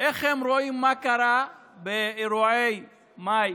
איך הם רואים מה קרה באירועי מאי